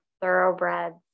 thoroughbreds